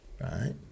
right